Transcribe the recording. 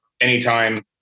anytime